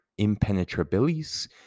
impenetrabilis